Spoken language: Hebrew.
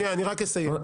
אני רק אסיים.